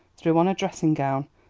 threw on a dressing-gown,